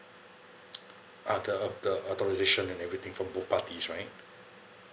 uh the the authorisation and everything from both parties right